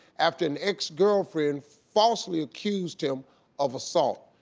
after an ex girlfriend falsely accused him of assault.